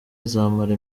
izamara